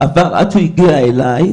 עבר עד שהוא הגיע אליי,